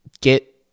get